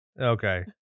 Okay